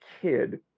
kid